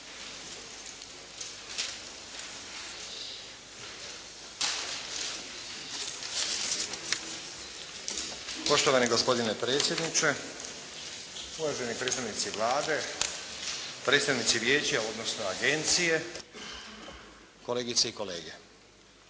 Poštovani gospodine predsjedniče, uvaženi predstavnici Vlade, predstavnici vijeća odnosno agencije, kolegice i kolege.